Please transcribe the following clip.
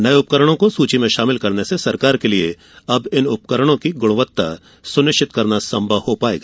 नये उपकरणों को सूची में शामिल करने से सरकार के लिए इन उपकरणों की गुणवत्ता सुनिश्चित करना संभव होगा